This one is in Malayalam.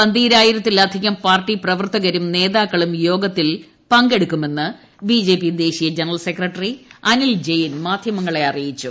പന്ത്രണ്ടായിരത്തിലധികം പാർട്ടി പ്രവർത്തകരും നേതാക്കളും യോഗത്തിൽ പങ്കെടുക്കുമെന്ന് ബിജെപി ദേശീയ ജനറൽ സെക്രട്ടറി അനിൽ ജയിൻ മാധ്യമങ്ങളോട് പറഞ്ഞു